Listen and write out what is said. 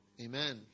Amen